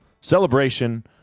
celebration